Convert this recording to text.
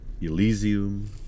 Elysium